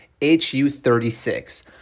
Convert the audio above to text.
HU36